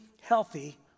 healthy